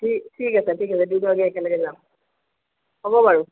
ঠি ঠিক আছে ঠিক আছে দুইগৰাকী একেলগে যাম হ'ব বাৰু